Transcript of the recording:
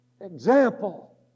Example